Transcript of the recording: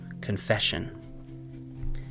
confession